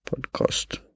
Podcast